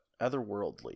otherworldly